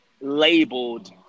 labeled